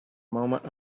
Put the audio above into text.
moment